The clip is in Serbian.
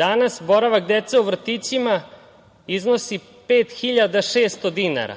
Danas boravak dece u vrtićima iznosi 5.600 dinara.